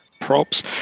props